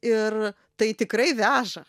ir tai tikrai veža